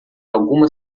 alguma